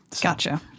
Gotcha